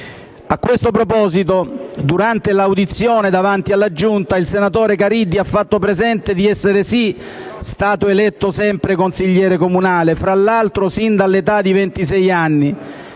A questo proposito, durante l'audizione davanti alla Giunta, il senatore Caridi ha fatto presente di essere sì stato eletto sempre consigliere comunale, fra l'altro sin dall'età di ventisei